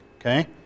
okay